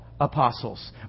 apostles